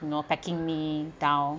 nor pecking me down